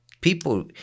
People